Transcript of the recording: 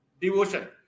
devotion